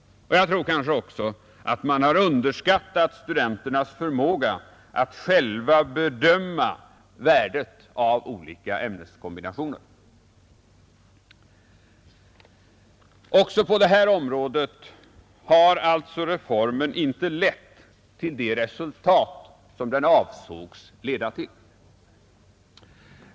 Jag tror också att man har underskattat studenternas förmåga att själva bedöma värdet av olika ämneskombinationer. Inte heller på detta område har alltså reformen lett till det resultat som den avsågs leda till.